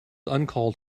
uncalled